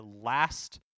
last